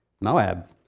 Moab